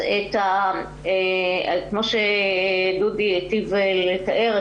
את מה שדודי היטיב לתאר,